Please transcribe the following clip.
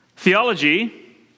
Theology